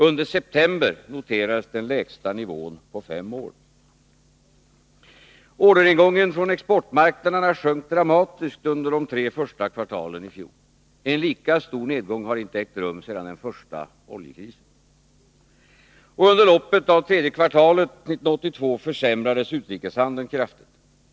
Under september noterades den lägsta nivån på fem år. Orderingången från exportmarknaderna sjönk dramatiskt under de tre första kvartalen i fjol. En lika stor nedgång har inte ägt rum sedan den första oljekrisen. Under loppet av tredje kvartalet 1982 försämrades utrikeshandeln kraftigt.